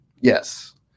Yes